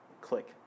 Click